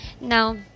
now